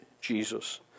Jesus